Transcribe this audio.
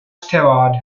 steward